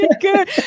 good